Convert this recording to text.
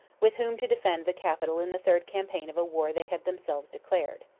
with whom to defend the capital in the third campaign of a war they had themselves declared.